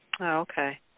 Okay